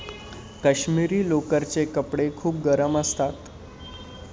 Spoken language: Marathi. काश्मिरी लोकरचे कपडे खूप गरम असतात